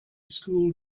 school